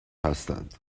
هستند